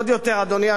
אדוני היושב-ראש,